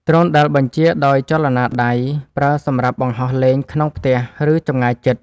ដ្រូនដែលបញ្ជាដោយចលនាដៃ ប្រើសម្រាប់បង្ហោះលេងក្នុងផ្ទះ ឬចម្ងាយជិត។